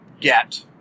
get